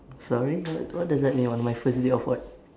sorry what what does that mean on my first day of what